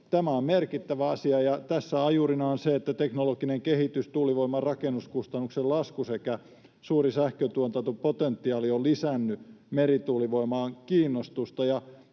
Tämä on merkittävä asia, ja tässä ajurina on se, että teknologinen kehitys, tuulivoiman rakennuskustannusten lasku sekä suuri sähköntuotantopotentiaali ovat lisänneet merituulivoimaan kiinnostusta.